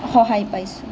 সহায় পাইছোঁ